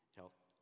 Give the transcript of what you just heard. health